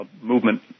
movement